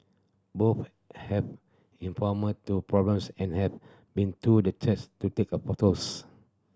both have informed to problems and have been to the church to take a photos